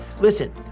Listen